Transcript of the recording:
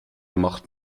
macht